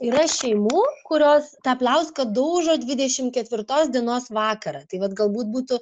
yra šeimų kurios tą pliauską daužo dvidešim ketvirtos dienos vakarą tai vat galbūt būtų